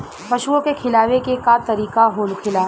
पशुओं के खिलावे के का तरीका होखेला?